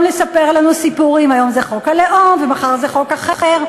לספר לנו סיפורים: היום זה חוק הלאום ומחר זה חוק אחר.